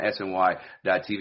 SNY.tv